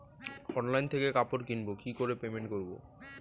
Online থেকে কাপড় কিনবো কি করে পেমেন্ট করবো?